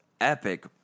epic